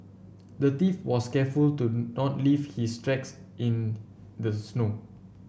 the thief was careful to not leave his tracks in the snow